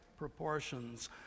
proportions